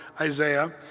Isaiah